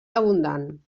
abundant